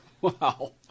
Wow